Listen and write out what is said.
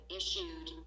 issued